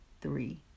three